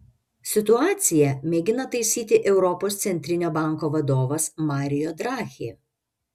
situaciją mėgina taisyti europos centrinio banko vadovas mario draghi